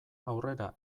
aurrera